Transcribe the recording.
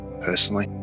personally